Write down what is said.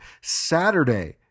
Saturday